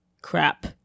crap